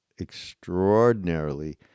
extraordinarily